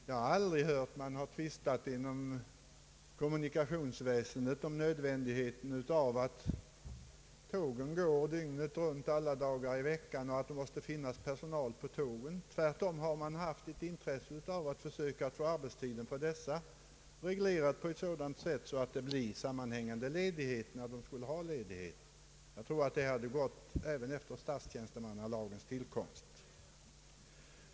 Jag har aldrig hört att man tvistat inom kommunikationsväsendet om nödvändigheten av att tågen går dygnet runt alla dagar i veckan och att det måste finnas personal till tågen. Tvärtom har båda parter haft ett intresse av att få arbetstiden för denna personal reglerad på ett sådant sätt att det blir en tillfredsställande fråga om såväl arbetstiden som ledigheten. Jag tror att det har gått även efter statstjänstemannalagens tillkomst.